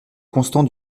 constant